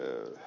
puhemies